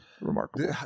remarkable